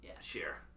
Share